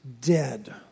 dead